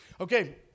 Okay